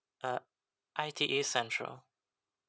uh I T E central